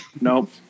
Nope